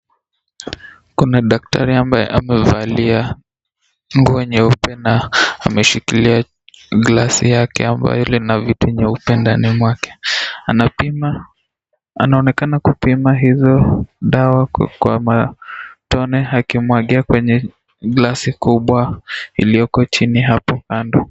Kuna daktari ambaye amevalia nguo nyeupe na ameshikilia glasi yake mbayo lina vitu nyeupe ndani mwake, anapima anaonekana kupima hizo dawa kwa matone akimwagia kwenye glasi kubwa ilieko jini hapo kando.